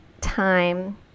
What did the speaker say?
time